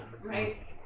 Right